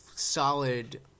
solid